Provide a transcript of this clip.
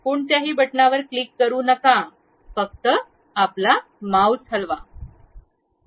कोणत्याही बटणावर क्लिक करू नका फक्त आपला माउस हलवा